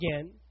again